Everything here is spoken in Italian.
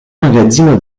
magazzino